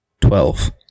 Twelve